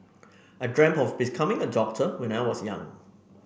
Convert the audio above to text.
I dreamt of becoming a doctor when I was young